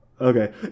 Okay